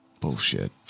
Bullshit